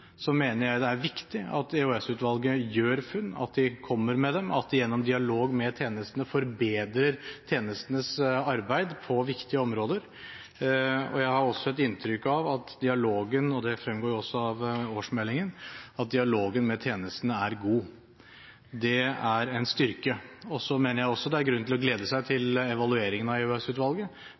mener jeg det er viktig at EOS-utvalget gjør funn, at de kommer med dem, og at de gjennom dialog med tjenestene forbedrer tjenestenes arbeid på viktige områder. Jeg har også et inntrykk av at dialogen med tjenesten er god, noe som også fremgår av årsmeldingen. Det er en styrke. Jeg mener også at det er grunn til å glede seg til evalueringen av